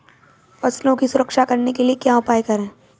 फसलों की सुरक्षा करने के लिए क्या उपाय करें?